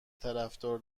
طرفدار